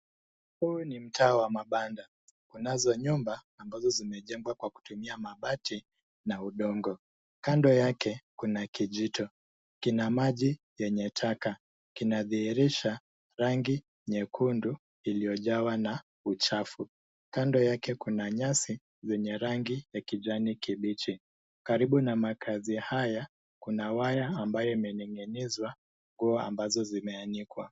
Huu ni mtaa wa mabanda unazo nyumba ambazo zimejengwa kwa kutumia mabati na udongo. Kando yake kuna kijito kina maji yenye taka kinadhihirisha rangi nyekundu iliyojawa na uchafu. Kando yake kuna nyasi zenye rangi ya kijani kibichi. Karibu na makazi haya kuna waya ambayo imening'inizwa. Nguo ambazo zimeanikwa.